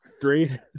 Three